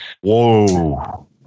Whoa